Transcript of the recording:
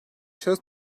şahıs